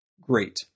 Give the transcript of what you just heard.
Great